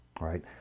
right